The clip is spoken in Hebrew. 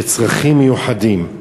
של צרכים מיוחדים.